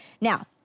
now